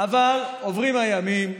אבל עוברים הימים,